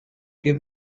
give